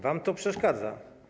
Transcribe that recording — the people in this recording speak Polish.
Wam to przeszkadza.